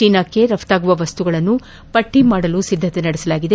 ಚೀನಾಕ್ಕೆ ರಫ್ತಾಗುವ ವಸ್ತುಗಳನ್ನು ಪಟ್ಟಿ ಮಾಡಲು ಸಿದ್ಧಕೆ ನಡೆಸಲಾಗಿದೆ